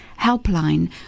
helpline